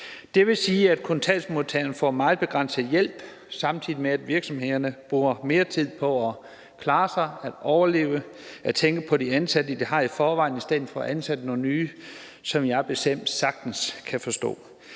Det vil sige, at kontanthjælpsmodtagerne får meget begrænset hjælp, samtidig med at virksomhederne bruger mere tid på at klare sig, at overleve og at tænke på de ansatte, de har i forvejen, i stedet for at ansætte nogle nye, hvilket jeg bestemt sagtens kan forstå.